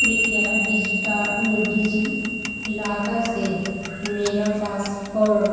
कृपया डिज़िटा डिज़िलॉकर से मेरा पासपोर्ट प्राप्त करें मेरा डिज़िलॉकर उपयोगकर्ता नाम अमित सिंह वैश्य है और इससे जुड़े मोबाइल नम्बर के अन्तिम चार अंक आठ छह पाँच एक हैं